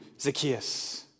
Zacchaeus